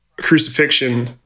crucifixion